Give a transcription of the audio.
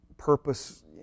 Purpose